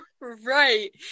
right